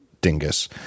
dingus